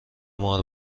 مار